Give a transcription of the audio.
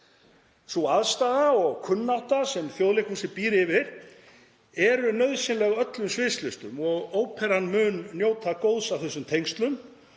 Sú aðstaða og kunnátta sem Þjóðleikhúsið býr yfir er nauðsynleg öllum sviðslistum og óperan mun njóta góðs af þessum tengslum,